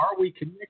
areweconnected